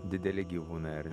dideli gyvūnai